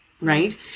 right